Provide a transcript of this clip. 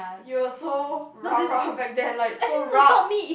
you were so rah rah back then like so raks